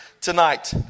tonight